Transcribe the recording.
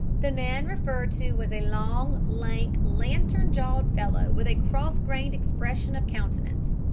the man referred to was a long, lank, lantern-jawed fellow with a cross-grained expression of countenance.